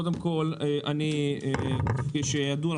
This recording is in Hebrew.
כידוע,